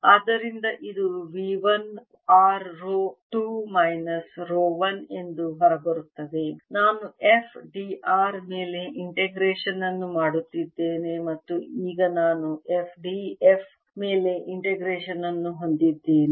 ಆದ್ದರಿಂದ ಇದು V 1 r rho 2 minus rho 1 ಎಂದು ಹೊರಬರುತ್ತದೆ ನಾನು f d r ಮೇಲೆ ಇಂಟಿಗ್ರೇಶನ್ ಅನ್ನು ಮಾಡುತ್ತಿದ್ದೇನೆ ಮತ್ತು ಈಗ ನಾನು f d f ಮೇಲೆ ಇಂಟಿಗ್ರೇಶನ್ ಅನ್ನು ಹೊಂದಿದ್ದೇನೆ